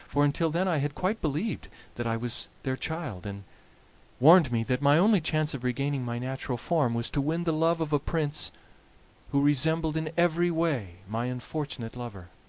for until then i had quite believed that i was their child, and warned me that my only chance of regaining my natural form was to win the love of a prince who resembled in every way my unfortunate lover.